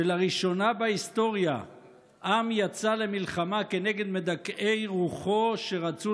לראשונה בהיסטוריה עם יצא למלחמה כנגד מדכאי רוחו שרצו